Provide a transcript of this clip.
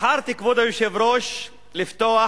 בחרתי, כבוד היושב-ראש, לפתוח